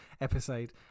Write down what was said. episode